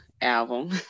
album